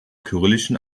kyrillischen